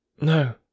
No